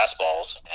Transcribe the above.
fastballs